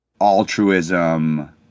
altruism